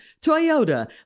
Toyota